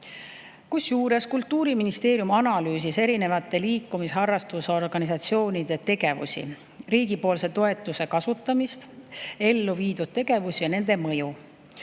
ellu viia. Kultuuriministeerium analüüsis erinevate liikumisharrastusorganisatsioonide tegevusi, riigipoolse toetuse kasutamist, elluviidud tegevusi ja nende mõju.